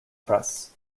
press